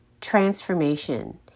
transformation